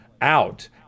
out